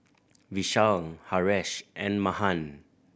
Vishal Haresh and Mahan